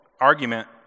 argument